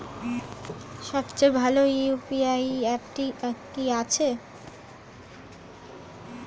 সবচেয়ে ভালো ইউ.পি.আই অ্যাপটি কি আছে?